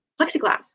plexiglass